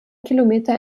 kilometer